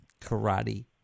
karate